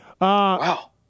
Wow